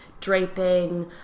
draping